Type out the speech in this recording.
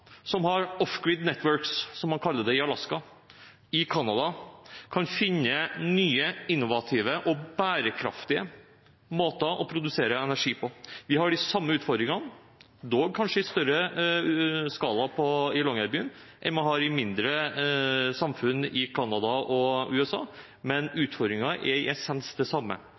som har «off-grid networks», som de kaller det i Alaska og i Canada, kan finne nye innovative og bærekraftige måter å produsere energi på. Vi har de samme utfordringene, dog kanskje i større skala i Longyearbyen enn i mindre samfunn i Canada og USA, men utfordringene er i essens de samme.